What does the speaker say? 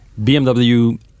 BMW